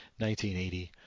1980